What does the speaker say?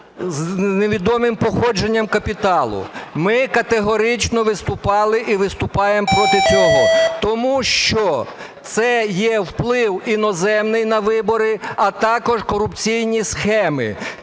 з невідомим походженням капіталу. Ми категорично виступали і виступаємо проти цього, тому що це є вплив іноземний на вибори, а також корупційні схеми.